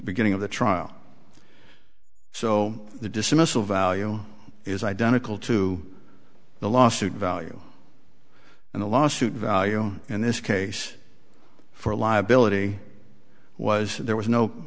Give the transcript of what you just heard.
beginning of the trial so the dismissal value is identical to the lawsuit value and the lawsuit value in this case for liability was there was no